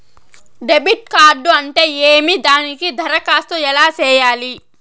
debit card అంటే ఏమి దానికి దరఖాస్తు ఎలా సేయాలి